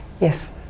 yes